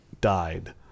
died